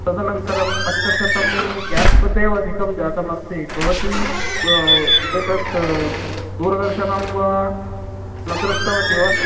तदनन्तरं पञ्चशतं ग्यास् कृतेव अधिकं जातम् अस्ति भवती एतद् दूरदर्शनं वा न दृष्टवती वा